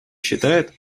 считает